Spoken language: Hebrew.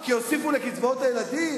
כי הוסיפו לקצבאות הילדים,